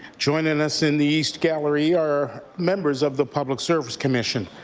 joining us in the east gallery are members of the public service commission,